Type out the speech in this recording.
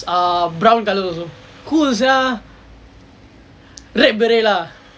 err brown colour also cool sia black beret lah